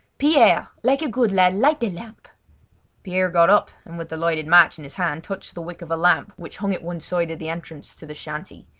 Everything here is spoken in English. pierre, like a good lad, light the lamp pierre got up and with the lighted match in his hand touched the wick of a lamp which hung at one side of the entrance to the shanty,